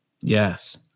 yes